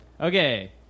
Okay